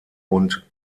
und